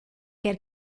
quer